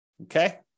Okay